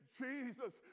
Jesus